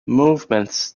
movements